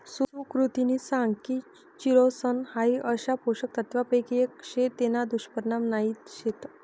सुकृतिनी सांग की चिरोसन हाई अशा पोषक तत्वांपैकी एक शे तेना दुष्परिणाम नाही शेत